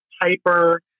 hyper